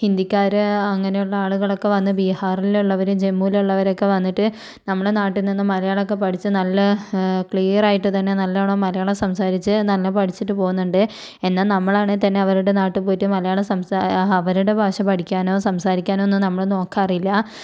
ഹിന്ദിക്കാർ അങ്ങനെയുള്ള ആളുകളൊക്കെ വന്ന് ബീഹാറിലുള്ളവർ ജമ്മുവിലുള്ളവരൊക്കെ വന്നിട്ട് നമ്മുടെ നാട്ടിൽ നിന്നും മലയാളമൊക്കെ പഠിച്ച് നല്ല ക്ലിയറായിട്ട് തന്നെ നല്ലവണ്ണം മലയാളം സംസാരിച്ച് നല്ല പഠിച്ചിട്ടു പോകുന്നുണ്ട് എന്നാൽ നമ്മളാണെങ്കിൽത്തന്നെ അവരുടെ നാട്ടിൽ പോയിട്ട് മലയാളം സംസാ അവരുടെ ഭാഷ പഠിക്കാനോ സംസാരിക്കാനൊന്നും നമ്മൾ നോക്കാറില്ല